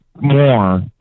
more